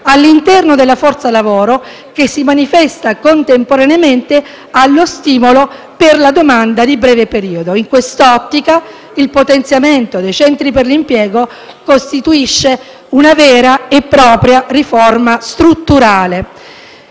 all'interno della forza lavoro, che si manifesta contemporaneamente allo stimolo per la domanda di breve periodo. In quest'ottica, il potenziamento dei centri per l'impiego costituisce una vera e propria riforma strutturale.